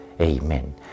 Amen